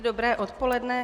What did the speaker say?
Dobré odpoledne.